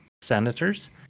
senators